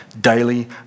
daily